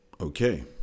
okay